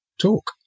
talk